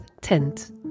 Tent